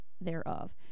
thereof